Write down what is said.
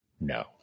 no